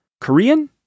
Korean